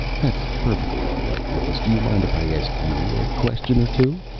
that's perfectly all right, willis. do you mind if i ask you a question or two?